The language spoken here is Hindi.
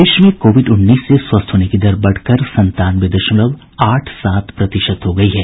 प्रदेश में कोविड उन्नीस से स्वस्थ होने की दर बढ़कर संतानवे दशमलव आठ सात प्रतिशत हो गई है